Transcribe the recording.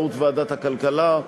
באמצעות ועדת הכלכלה.